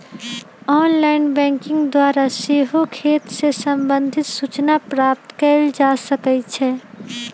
online banking द्वारा सेहो खते से संबंधित सूचना प्राप्त कएल जा सकइ छै